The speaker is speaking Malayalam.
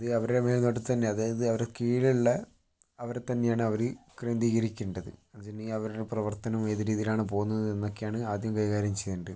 അത് അവരുടെ മേൽ നോട്ടത്തിൽ തന്നെ അതായത് അവരുടെ കീഴിലുള്ള അവിടെ തന്നെയാണ് അവര് കേന്ദ്രീകരിക്കേണ്ടത് അതിന് അവരുടെ പ്രവർത്തനം ഏത് രീതിയിലാണ് പോകുന്നത് എന്നൊക്കെയാണ് ആദ്യം കൈകാര്യം ചെയ്യേണ്ടത്